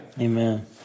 Amen